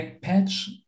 patch